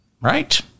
right